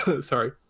sorry